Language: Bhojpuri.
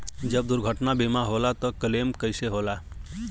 जब दुर्घटना बीमा होला त क्लेम कईसे होला?